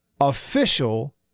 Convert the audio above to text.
official